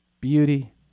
beauty